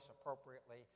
appropriately